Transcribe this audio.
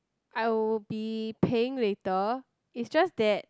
I will be paying with the it's just that